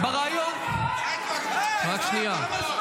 רק שנייה.